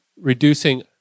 Reducing